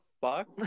fuck